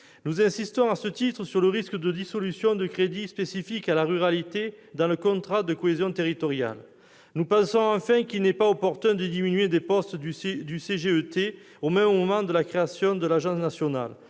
Nous insistons à ce titre sur le risque de dissolution de crédits spécifiques à la ruralité dans le contrat de cohésion territoriale. Nous pensons, enfin, qu'il n'est pas opportun de diminuer des postes du CGET au moment même de la création de l'agence nationale.